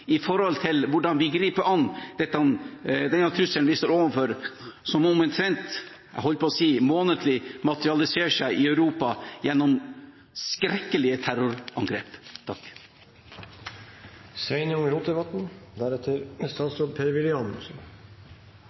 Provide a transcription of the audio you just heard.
hvordan vi griper an denne trusselen vi står overfor, som – jeg holdt på å si – omtrent månedlig materialiserer seg i Europa gjennom skrekkelige terrorangrep.